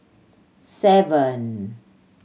seven